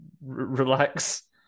relax